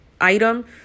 item